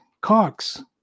Cox